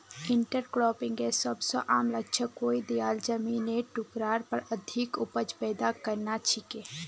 इंटरक्रॉपिंगेर सबस आम लक्ष्य कोई दियाल जमिनेर टुकरार पर अधिक उपज पैदा करना छिके